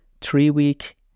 three-week